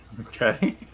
Okay